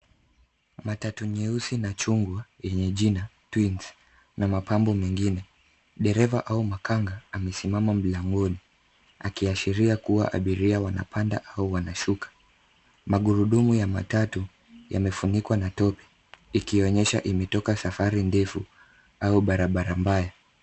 Matatu nyeusi na chungwa yenye jina twins na mapambo mengine. Dereva au makanga amesimama mlangoni, akiashiria kuwa abiria wanapanda au wanashuka. Magurudumu ya matatu, yamefunikwa na tope ikionyesha yametoka safari ndefu au barabara mbaya.